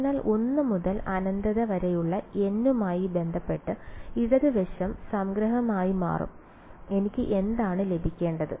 അതിനാൽ 1 മുതൽ അനന്തത വരെയുള്ള n മായി ബന്ധപ്പെട്ട് ഇടത് വശം സംഗ്രഹമായി മാറും എനിക്ക് എന്താണ് ലഭിക്കേണ്ടത്